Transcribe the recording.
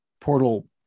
portal